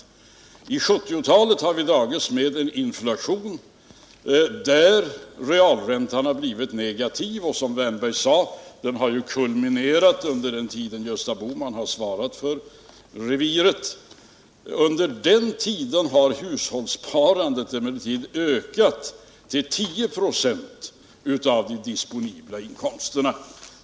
Under 1970-talet har vi dragits med en inflation, där realräntan har blivit negativ, och som Erik Wärnberg sade har den kulminerat under den tid Gösta Bohman svarat för reviret. Under denna tid har emellertid hushållssparandet ökat till 10 26 av de disponibla inkomsterna.